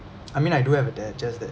I mean I do have a dad just that